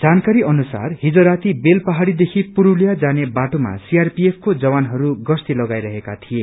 जानकारी अनुसार हिज राती बेल पाहाड़ीदेखि पुरूतिया जाने बाटोमा सीआरपीएफ को जवानहरू गश्ती लगाइरहेका थिए